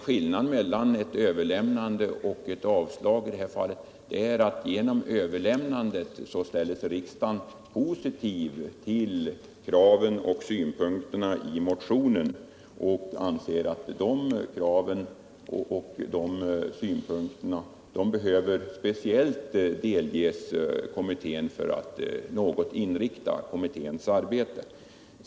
Skillnaden mellan ett överlämnande och ett avslag är i detta fall att genom ett överlämnande har riksdagen ställt sig positiv till motionens krav och synpunkter och ansett att dessa speciellt behöver delges kommittén för att något inrikta dess arbete.